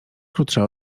krótsza